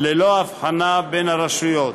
ללא הבחנה בין הרשויות.